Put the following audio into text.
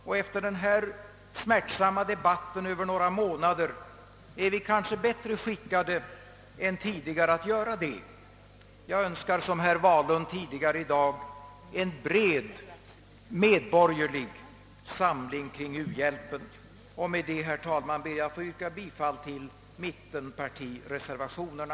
Efter denna smärtsamma debatt över några månader är vi kanske bättre skickade än tidigare att göra det. Jag önskar som herr Wahlund tidigare i dag en bred medborgerlig samling kring u-hjälpen. Med detta, herr talman, ber jag att få yrka bifall till mittenpartireservationerna.